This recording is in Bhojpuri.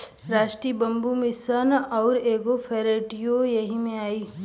राष्ट्रीय बैम्बू मिसन आउर एग्रो फ़ोरेस्ट्रीओ यही में आई